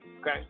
okay